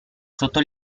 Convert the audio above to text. sotto